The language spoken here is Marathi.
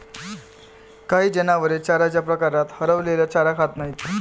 काही जनावरे चाऱ्याच्या प्रकारात हरवलेला चारा खात नाहीत